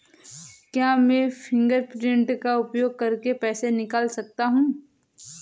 क्या मैं फ़िंगरप्रिंट का उपयोग करके पैसे निकाल सकता हूँ?